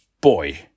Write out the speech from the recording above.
boy